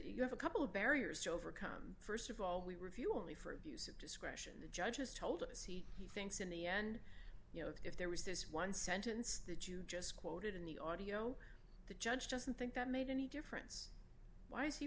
you have a couple of barriers to overcome st of all we review only for the discretion the judge has told us he thinks in the end you know if there was this one sentence that you just quoted in the audio the judge doesn't think that made any difference wh